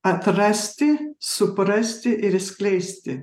atrasti suprasti ir išskleisti